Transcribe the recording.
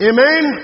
Amen